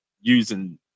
using